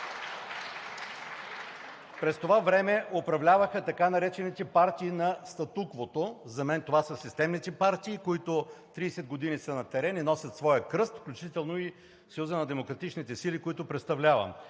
През това време управляваха така наречените партии на статуквото. За мен това са системните партии, които 30 години, са на терен и носят своя кръст, включително и Съюзът на демократичните сили, които представлявам.